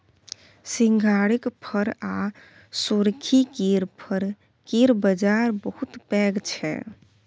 सिंघारिक फर आ सोरखी केर फर केर बजार बहुत पैघ छै